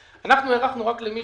הארכנו רק למי